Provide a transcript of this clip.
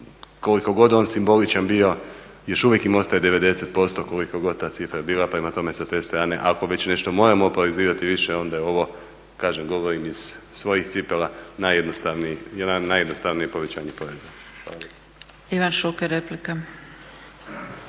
koliko god on simboličan bio još uvijek im ostaje 90% koliko god ta cifra bila. Prema tome, sa te strane, ako već nešto moramo oporezivati više onda je ovo kažem govorim iz svojih cipela najjednostavnije povećanje poreza. Hvala lijepa.